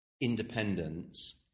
Independence